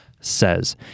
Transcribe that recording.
says